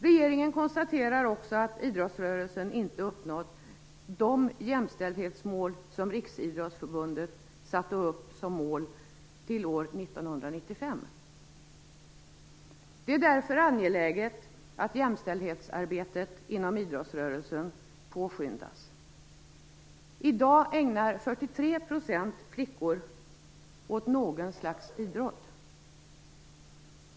Regeringen konstaterar också att idrottsrörelsen inte uppnått de mål för jämställdheten som Riksidrottsförbundet satte upp till år 1995. Det är därför angeläget att jämställdhetsarbetet inom idrottsrörelsen påskyndas. I dag ägnar sig 43 % av flickorna åt något slags idrott.